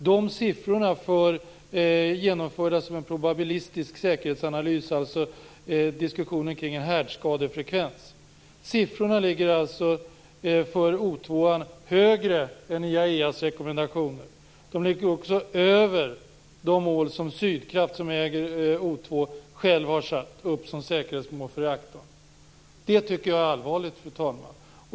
De siffrorna, genomförda som en probabilistisk säkerhetsanalys - det gäller diskussionen kring en härdskadefrekvens - ligger för O2:an högre än IAEA:s rekommendationer. De ligger också över de mål som Sydkraft, som äger O2, själva har satt upp som säkerhetsmål för reaktorn. Det tycker jag är allvarligt, fru talman.